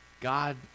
God